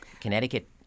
Connecticut